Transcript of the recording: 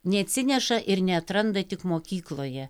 neatsineša ir neatranda tik mokykloje